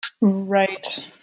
Right